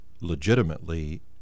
legitimately